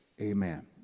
amen